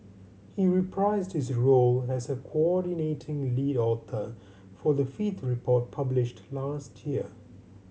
he reprised his role as a coordinating lead author for the fifth report published last year